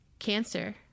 Cancer